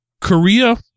Korea